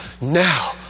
Now